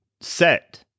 set